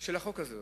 של החוק הזה,